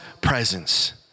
presence